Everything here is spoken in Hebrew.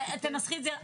תנסחי את זה.